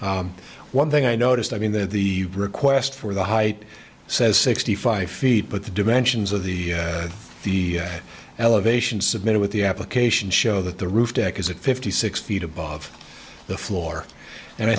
one thing i noticed i mean that the request for the height says sixty five feet but the dimensions of the the elevation submitted with the application show that the roof deck is at fifty six feet above the floor and i